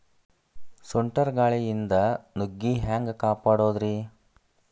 ಸುಂಟರ್ ಗಾಳಿಯಿಂದ ನುಗ್ಗಿ ಹ್ಯಾಂಗ ಕಾಪಡೊದ್ರೇ?